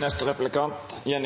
meg til gratulantane når